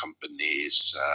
companies